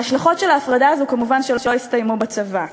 ההשלכות של ההפרדה הזאת כמובן לא יסתיימו בצבא,